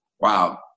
Wow